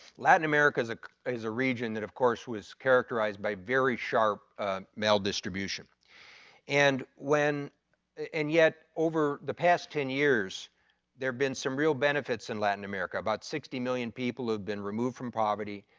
latin america is a is a region that of course was characterized by very sharp maldistribution and when and yet over the past ten years there have been some real benefits in latin america, about sixty million people have been removed from poverty.